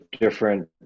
different